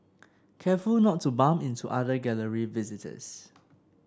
careful not to bump into other Gallery visitors